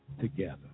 together